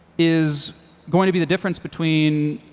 is going to be the difference between